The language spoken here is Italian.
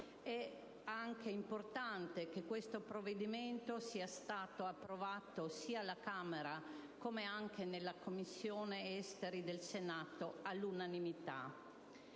È anche importante che questo provvedimento sia stato approvato sia alla Camera che in Commissione affari esteri del Senato all'unanimità.